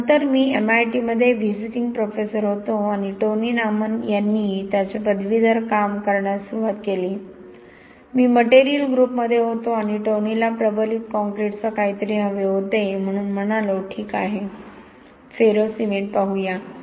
तर नंतर मी एमआयटीमध्ये व्हीजीटींग प्रोफेसर होतो आणि टोनी नामन यांनी त्याचे पदवीधर काम करण्यास सुरुवात केली मी मटेरियल ग्रुपमध्ये होतो आणि टोनीला प्रबलित काँक्रीटसह काहीतरी हवे होते म्हणून म्हणालो ठीक आहे फेरो सिमेंट पाहू या